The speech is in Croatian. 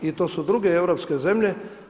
I to su druge europske zemlje.